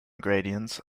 gradients